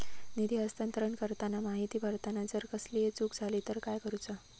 निधी हस्तांतरण करताना माहिती भरताना जर कसलीय चूक जाली तर काय करूचा?